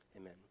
Amen